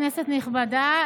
כנסת נכבדה,